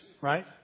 right